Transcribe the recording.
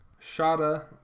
Shada